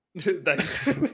Thanks